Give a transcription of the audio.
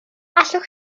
allwch